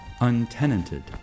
untenanted